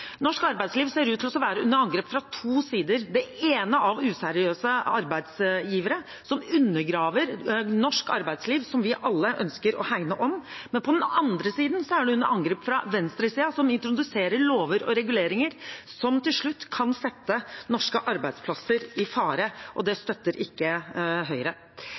Norsk arbeidsliv ser ut til å være under angrep fra to sider, på den ene siden fra useriøse arbeidsgivere, som undergraver norsk arbeidsliv, som vi alle ønsker å hegne om. På den andre siden er det under angrep fra venstresiden, som introduserer lover og reguleringer som til slutt kan sette norske arbeidsplasser i fare. Det støtter Høyre ikke.